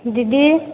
ଦିଦି